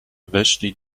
weszli